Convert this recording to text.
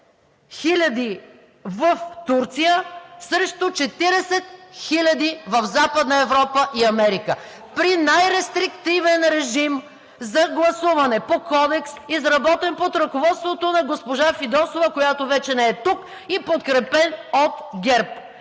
хиляди в Турция срещу 40 хиляди в Западна Европа и Америка, при най-рестриктивен режим за гласуване, по Кодекс, изработен под ръководството на госпожа Фидосова, която вече не е тук и подкрепен от ГЕРБ.